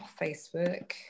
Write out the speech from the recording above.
Facebook